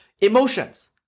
emotions